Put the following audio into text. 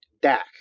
DAC